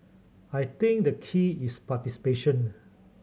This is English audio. I think the key is participation